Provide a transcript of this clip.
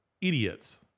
idiots